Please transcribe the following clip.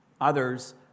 Others